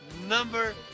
Number